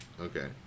Okay